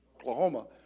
Oklahoma